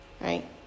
right